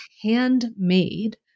handmade